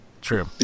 true